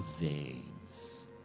veins